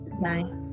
nice